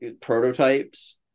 prototypes